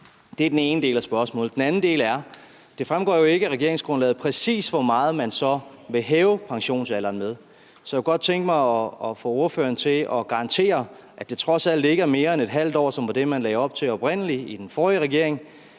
Det er den ene del af spørgsmålet. Den anden del er: Det fremgår jo ikke af regeringsgrundlaget, præcis hvor meget man så vil hæve pensionsalderen med, så jeg kunne godt tænke mig at få ordføreren til at garantere, at det trods alt ikke er mere end ½ år, som var det, man oprindelig lagde op til i den forrige regering.